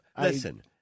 Listen